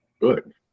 good